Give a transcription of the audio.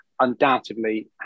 undoubtedly